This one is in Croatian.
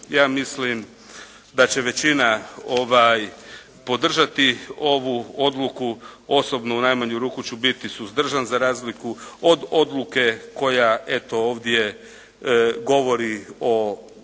ja mislim da će većina podržati ovu odluku, osobno u najmanju ruku ću biti suzdržan za razliku od odluke koja, eto ovdje govori o